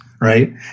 right